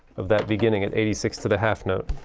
of that beginning at eighty six to the half note?